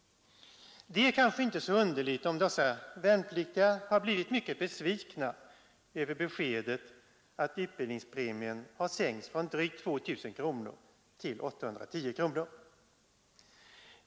Det är kanske inte så underligt om dessa värnpliktiga har blivit mycket besvikna över beskedet att utbildningspremien sänkts från drygt 2 000 kronor till 810 kronor.